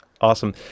Awesome